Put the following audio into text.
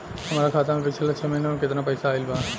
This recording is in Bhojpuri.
हमरा खाता मे पिछला छह महीना मे केतना पैसा आईल बा?